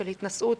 של התנשאות